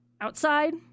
Outside